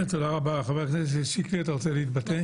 חבר הכנסת שיקלי, אתה רוצה להתבטא?